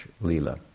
lila